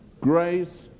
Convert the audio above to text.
grace